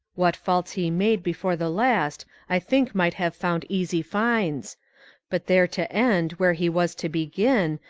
what faults he made before the last, i think might have found easy fines but there to end where he was to begin,